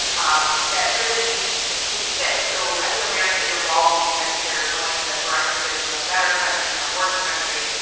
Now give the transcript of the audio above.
um that really needs to be fixed. so i think america is evolving, and i think they're going in that direction of it being a better country than a worse country,